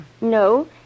No